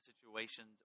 situations